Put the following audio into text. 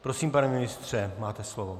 Prosím, pane ministře, máte slovo.